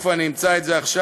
איפה אני אמצא את זה עכשיו?